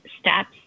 steps